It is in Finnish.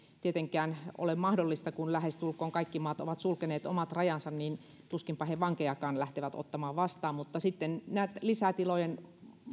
tietenkään ole mahdollista kun lähestulkoon kaikki maat ovat sulkeneet omat rajansa tuskinpa he vankejakaan lähtevät ottamaan vastaan lisätilojen